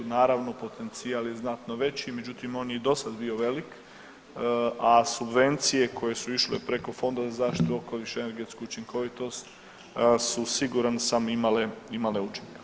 Naravno potencijal je znatno veći, međutim on je i do sad bio velik, a subvencije koje su išle preko Fonda za zaštitu okoliša i energetsku učinkovitost su siguran sam imale učinka.